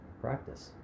practice